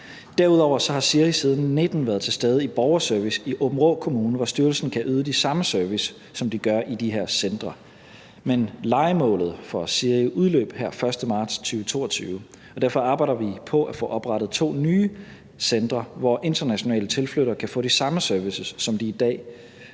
Derudover har SIRI siden 2019 været til stede i Borgerservice i Aabenraa Kommune, hvor styrelsen kan yde de samme servicer, som de gør i de her centre. Men lejemålet for SIRI udløb her den 1. marts 2022, og derfor arbejder vi på at få oprettet to nye centre, hvor internationale tilflyttere kan få de samme servicer, som de i dag